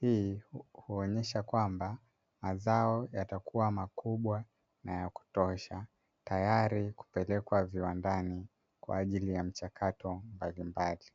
Hii huonyesha kwamba mazao yatakuwa makubwa na ya kutosha, tayari kupelekwa viwandani kwa ajili ya mchakato mbalimbali.